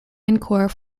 encore